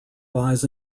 buys